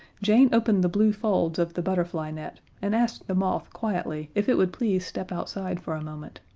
jane opened the blue folds of the butterfly net, and asked the moth quietly if it would please step outside for a moment.